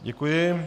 Děkuji.